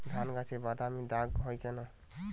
ধানগাছে বাদামী দাগ হয় কেন?